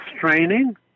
training